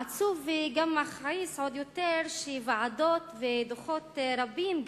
עצוב וגם מכעיס עוד יותר שוועדות ודוחות רבים,